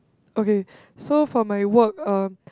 okay so for my work um